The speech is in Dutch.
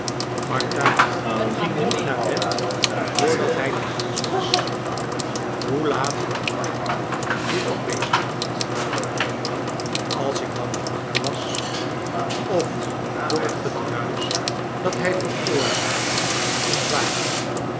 martha ging niet naar bed voordat hij tehuis was hoe laat in den nacht dit ook wezen mocht als ik dan nog wakker was of door het gedruisch dat hij veroorzaakte ontwaakte